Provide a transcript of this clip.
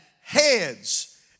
heads